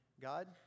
God